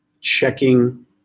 checking